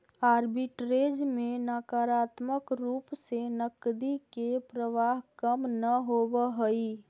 arbitrage में नकारात्मक रूप से नकदी के प्रवाह कम न होवऽ हई